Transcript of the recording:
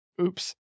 oops